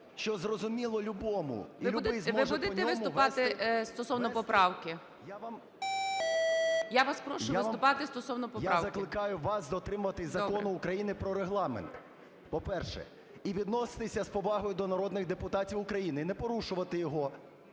що зрозуміло любому і любий зможе по ньому вести… ГОЛОВУЮЧИЙ. Ви будете виступати стосовно поправки? Я вас прошу виступати стосовно поправки. ПАПІЄВ М.М. Я закликаю вас дотримуватись Закону України про Регламент, по-перше. І відноситися з повагою до народних депутатів України і не порушувати його.